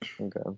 Okay